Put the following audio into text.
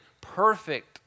Perfect